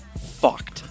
fucked